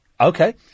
Okay